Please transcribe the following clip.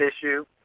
issue